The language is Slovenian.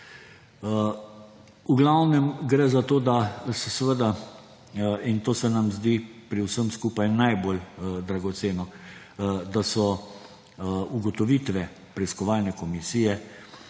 kolega. Gre za to, in to se nam zdi pri vsem skupaj najbolj dragoceno, da so ugotovitve preiskovalne komisije